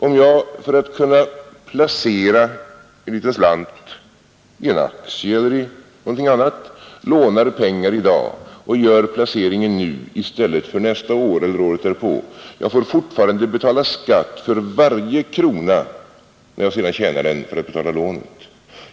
Om jag för att kunna placera en liten slant i en aktie eller i någonting annat lånar pengar i dag och gör placeringen nu i stället för nästa år eller året därpå får jag fortfarande betala skatt för varje krona när jag sedan tjänar den för att betala lånet.